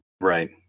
Right